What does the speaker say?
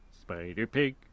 Spider-pig